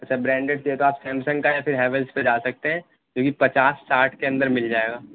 اچھا برانڈیڈ چاہیے تو آپ سیمسنگ کا یا پھر ہیولس پہ جا سکتے ہیں جو کہ پچاس ساٹھ کے اندر مل جائے گا